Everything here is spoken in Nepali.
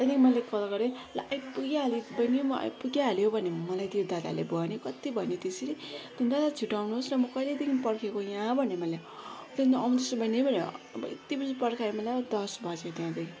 त्यहाँदेखि मैले कल गरेँ ल आइपुगिहाले बहिनी म आइपुगिहाल्यो भन्यो मलाई त्यो दादाले भरे कति भन्यो त्यसरी दादा छिटो आउनुहोस् न म कहिलेदेखि पर्खिएको यहाँ भने मैले त्यहाँदेखि आउँदैछु बहिनी भन्यो भरे यति बिध्ना पर्खायो मलाई दस बज्यो त्यहाँदेखि